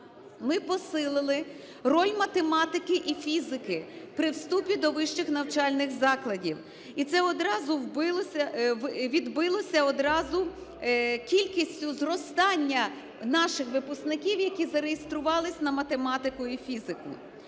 Ми посилили роль математики і фізики при вступі до вищих навчальних закладів, і це одразу відбилося кількістю зростання наших випускників, які зареєструвалися на математику і фізику.